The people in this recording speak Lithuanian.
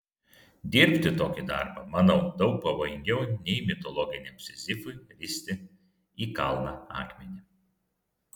dirbti tokį darbą manau daug pavojingiau nei mitologiniam sizifui risti į kalną akmenį